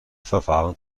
verfahren